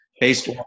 based